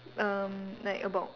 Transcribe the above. erm like about